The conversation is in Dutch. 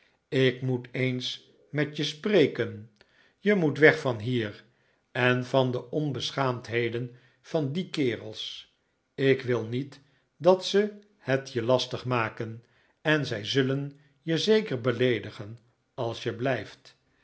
ik moet eens met je spreken je moet weg van hier en van de onbeschaamdheden van die kerels ik wil niet dat ze het je lastig maken en zij zullen je zeker beleedigen als je blijft